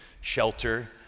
shelter